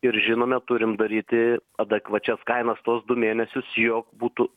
ir žinome turim daryti adekvačias kainas tuos du mėnesius jog būtų